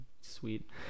Sweet